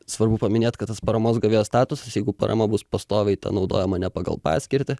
svarbu paminėt kad tas paramos gavėjo statusas jeigu parama bus pastoviai ta naudojama ne pagal paskirtį